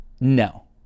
No